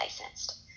licensed